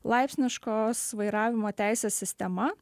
laipsniškos vairavimo teisės sistema